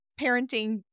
parenting